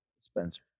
Spencer